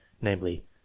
namely